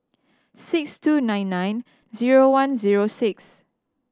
six two nine nine zero one zero six